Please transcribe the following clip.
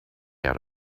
out